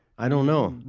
i don't know.